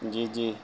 جی جی